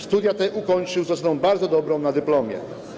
Studia te ukończył z oceną bardzo dobrą na dyplomie.